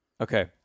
Okay